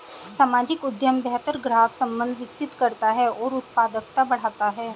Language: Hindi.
सामाजिक उद्यम बेहतर ग्राहक संबंध विकसित करता है और उत्पादकता बढ़ाता है